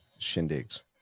shindigs